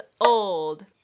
old